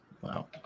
Wow